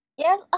Yes